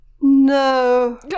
no